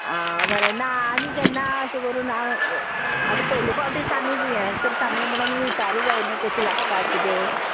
आं बरें ना आमी केन्ना अशें करून हांव आतां पयली पावटीच आमी हें करता न्हू म्हणून विचारूं जाय न्हू कशी लागता किदें